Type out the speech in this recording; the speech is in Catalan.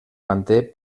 manté